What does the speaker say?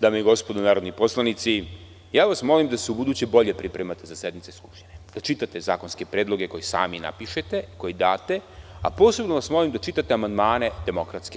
dame i gospodo narodni poslanici, ja vas molim da se ubuduće bolje pripremate za sednice Skupštine, da čitate zakonske predloge koje sami napišete, koje date, a posebno vas molim da čitate amandmane DS.